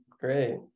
great